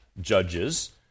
judges